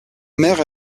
mère